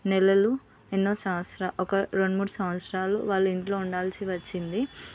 నెలలు ఎన్నో సంవత్సరాలు ఒక రెండు మూడు సంవత్సరాలు వాళ్ళు ఇంట్లో ఉండవలసి వచ్చింది